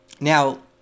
Now